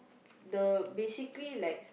the basically like